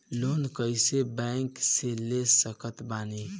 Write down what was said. Loan कोई bank से ले सकत बानी?